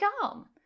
come